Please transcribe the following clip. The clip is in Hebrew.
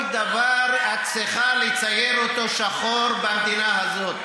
כל דבר את צריכה לצייר אותו שחור במדינה הזאת.